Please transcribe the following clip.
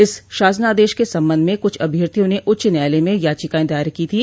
इस शासनादेश के संबंध में कुछ अभ्यर्थियों ने उच्च न्यायालय में याचिकाएं दायर की थी